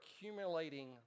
accumulating